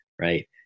right